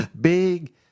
Big